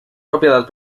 propiedad